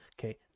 Okay